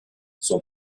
son